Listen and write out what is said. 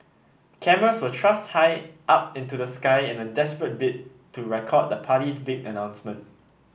cameras were thrust high up into the sky in a desperate bid to record the party's big announcement